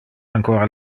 ancora